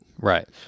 Right